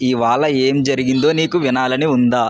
ఇవాళ ఏం జరిగిందో నీకు వినాలని ఉందా